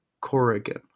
Corrigan